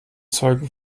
zeugen